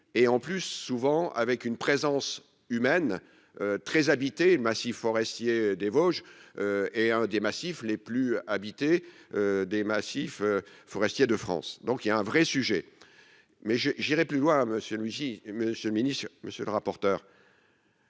et en plus, souvent avec une présence humaine très habitée massifs forestiers des Vosges et un des massifs les plus habitées des massifs forestiers de France, donc il y a un vrai sujet mais je j'irais plus loin Monsieur Luigi monsieur ce Ministre, monsieur le rapporteur.